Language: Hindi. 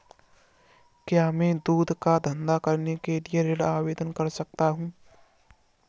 क्या मैं दूध का धंधा करने के लिए ऋण आवेदन कर सकता हूँ?